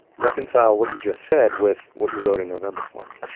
reconcile what you just said with what you wrote in november for me.